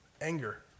anger